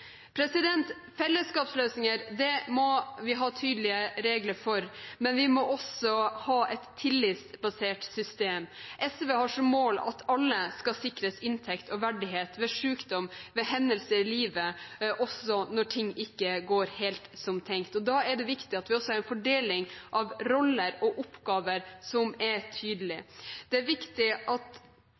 Fellesskapsløsninger må vi ha tydelige regler for, men vi må også ha et tillitsbasert system. SV har som mål at alle skal sikres inntekt og verdighet ved sykdom, ved hendelser i livet også når ting ikke går helt som tenkt. Da er det viktig at vi også har en fordeling av roller og oppgaver som er tydelig. Det er viktig at